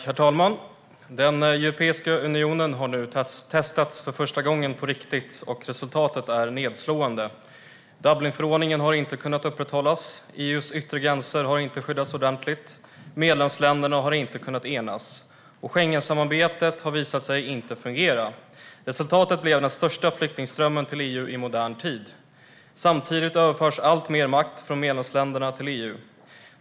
Herr talman! Den europeiska unionen har nu för första gången testats på riktigt, och resultatet är nedslående. Dublinförordningen har inte kunnat upprätthållas. EU:s yttre gränser har inte kunnat skyddas ordentligt. Medlemsländerna har inte kunnat enas. Schengensamarbetet har visat sig inte fungera. Resultatet blev den största flyktingströmmen till EU i modern tid. Samtidigt överförs alltmer makt från medlemsländerna till EU.